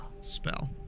spell